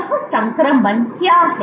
यह संक्रमण क्या है